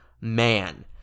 Man